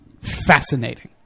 fascinating